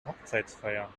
hochzeitsfeier